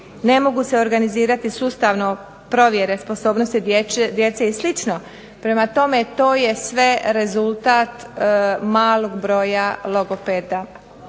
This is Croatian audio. ne mogu se organizirati sustavno provjere sposobnosti djece i slično, prema tome to je sve rezultat malog broja logopeda.